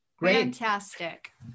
Fantastic